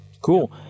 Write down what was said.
Cool